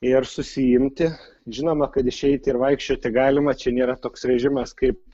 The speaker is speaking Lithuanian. ir susiimti žinoma kad išeiti ir vaikščioti galima čia nėra toks režimas kaip